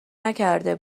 نکرده